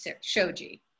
Shoji